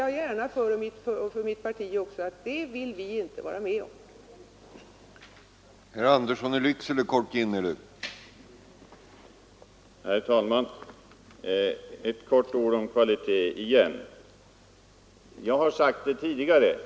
Jag påstår mig ha mitt partis stöd när jag säger att vi inte vill vara med om det.